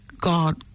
God